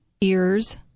ears